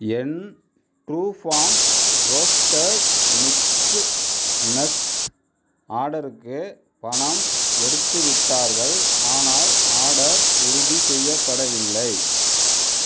என் Truefarm roasted mixed nuts ஆடருக்கு பணம் எடுத்துவிட்டார்கள் ஆனால் ஆடர் உறுதி செய்யப்படவில்லை